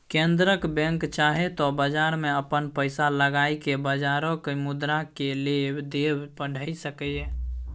केंद्रक बैंक चाहे त बजार में अपन पैसा लगाई के बजारक मुद्रा केय लेब देब बढ़ाई सकेए